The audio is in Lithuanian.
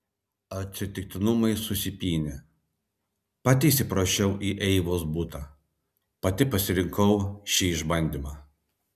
atsitiktinumai susipynė pati įsiprašiau į eivos butą pati pasirinkau šį išbandymą